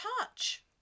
touch